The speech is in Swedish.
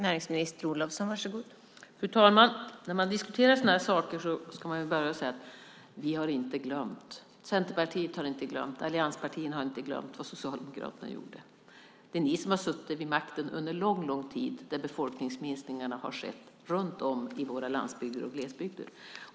Fru talman! När man diskuterar sådana här saker ska man börja med att säga: Vi har inte glömt. Centerpartiet har inte glömt och Allianspartierna har inte glömt vad Socialdemokraterna gjorde. Det är ni som har suttit vid makten under lång lång tid när befolkningsminskningarna har skett runt om på vår landsbygd och i våra glesbygder.